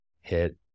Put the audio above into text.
hit